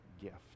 gift